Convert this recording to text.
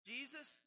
Jesus